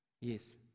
Yes